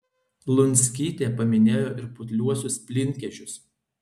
lunskytė paminėjo ir putliuosius plynkežius